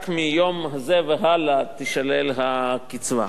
רק מהיום הזה והלאה תישלל הקצבה.